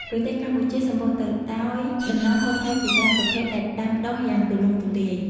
ប្រទេសកម្ពុជាសម្បូរទៅដោយដំណាំហូបផ្លែជាច្រើនប្រភេទដែលដាំដុះយ៉ាងទូលំទូលាយ។